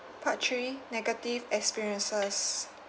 part three negative experiences